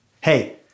Hey